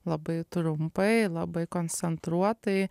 labai trumpai labai koncentruotai